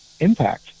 impact